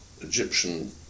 Egyptian